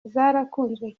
zarakunzwe